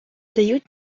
дають